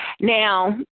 Now